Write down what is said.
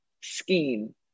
scheme